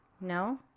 no